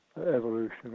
evolution